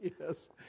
Yes